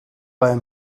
bei